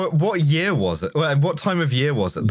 but what year was it yeah and what time of year was